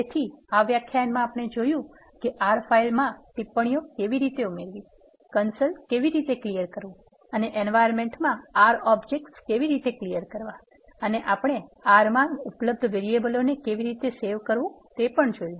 તેથી આ વ્યાખ્યાનમાં આપણે જોયું છે કે R ફાઇલમાં ટિપ્પણીઓ કેવી રીતે ઉમેરવી કન્સોલ કેવી રીતે સાફ કરવું અને environment માં R ઓબ્જેક્સ્ટ કેવી રીતે સાફ કરવા અને આપણે R માં ઉપલબ્ધ વેરીએબલોને કેવી રીતે સેવ કરવું તે પણ જોયું